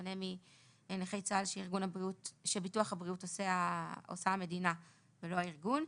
בשונה מנכי צה"ל שביטוח הבריאות עושה המדינה ולא הארגון.